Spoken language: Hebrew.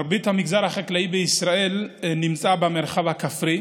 מרבית המגזר החקלאי בישראל נמצא במרחב הכפרי.